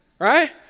right